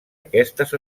aquestes